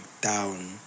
down